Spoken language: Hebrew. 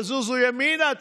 תזוזו ימינה,